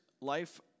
life